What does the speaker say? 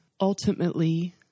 Ultimately